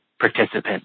participant